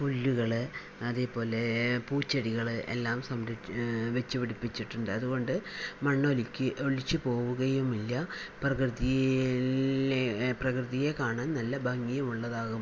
പുല്ലുകള് അതേപോലെ പൂച്ചെടികള് എല്ലാം സംരക്ഷി വച്ച് പിടിപ്പിച്ചിട്ടുണ്ട് അതുകൊണ്ട് മണ്ണൊലി ഒലിച്ച് പോവുകയുമില്ല പ്രകൃതിയിലെ പ്രകൃതിയെ കാണാൻ നല്ല ഭംഗിയുള്ളതാകും